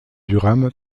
durham